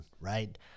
right